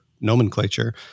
nomenclature